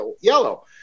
yellow